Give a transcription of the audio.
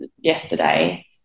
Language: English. yesterday